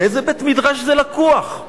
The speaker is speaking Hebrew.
מאיזה בית-מדרש זה לקוח?